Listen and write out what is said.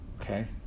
Okay